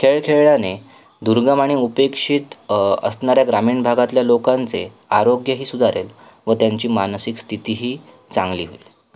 खेळ खेळल्याने दुर्गम आणि उपेक्षित असणाऱ्या ग्रामीण भागातल्या लोकांचे आरोग्यही सुधारेल व त्यांची मानसिक स्थितीही चांगली होईल